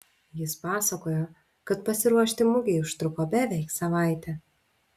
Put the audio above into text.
jis pasakojo kad pasiruošti mugei užtruko beveik savaitę